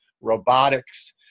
robotics